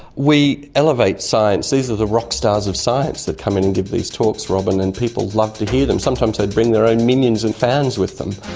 we elevate science. these are the rock stars of science that come in and give these talks, robyn, and people love to hear them. sometimes they bring their own minions and fans with them,